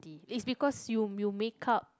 is because you you make-up